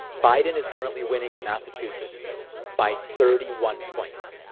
biden is currently winning in massachusetts by thirty one points.